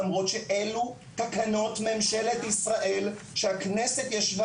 למרות שאלו תקנות ממשלת ישראל שהכנסת ישבה